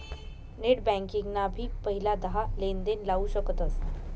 net banking ना भी पहिला दहा लेनदेण लाऊ शकतस